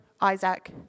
Isaac